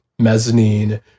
mezzanine